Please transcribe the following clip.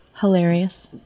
Hilarious